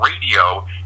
radio